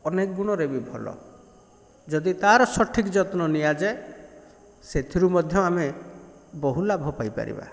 ଅନେକ ଗୁଣରେ ବି ଭଲ ଯଦି ତାର ସଠିକ୍ ଯତ୍ନ ନିଆଯାଏ ସେଥିରୁ ମଧ୍ୟ ଆମେ ବହୁ ଲାଭ ପାଇପାରିବା